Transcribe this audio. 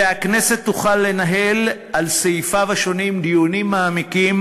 והכנסת תוכל לנהל על סעיפיו דיונים מעמיקים,